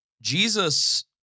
Jesus